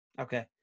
Okay